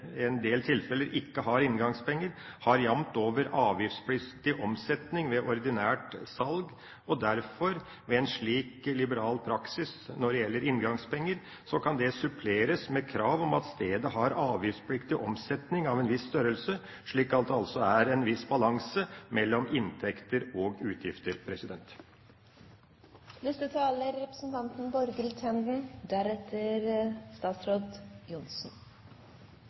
ikke har inngangspenger, har jamt over avgiftspliktig omsetning ved ordinært salg. En liberal praksis når det gjelder inngangspenger, kan derfor suppleres med krav om at stedet har avgiftspliktig omsetning av en viss størrelse, slik at det er en viss balanse mellom inntekter og utgifter. Først vil jeg takke saksordføreren for en grei fremstilling av saken. For svært mange idrettsklubber og kulturinstitusjoner er